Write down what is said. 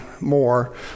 more